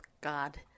God